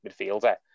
midfielder